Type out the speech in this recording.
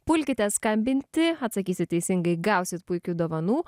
pulkite skambinti atsakysit teisingai gausit puikių dovanų